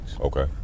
Okay